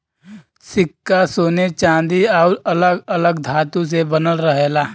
सिक्का सोने चांदी आउर अलग अलग धातु से बनल रहेला